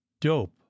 Dope